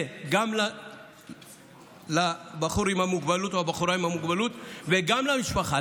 זה גם לבחור עם המוגבלות או לבחורה עם המוגבלות וגם למשפחה.